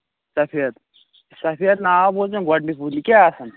سفید سفید ناو بوٗز مےٚ گوڈٕ یہِ کیٛاہ آسان